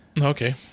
okay